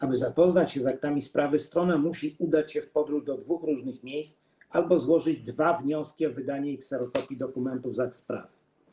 Aby zapoznać się z aktami sprawy, strona musi udać się w podróż do dwóch różnych miejsc albo złożyć dwa wnioski o wydanie jej kserokopii dokumentów z akt sprawy.